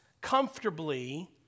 comfortably